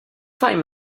find